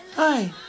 Hi